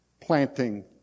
planting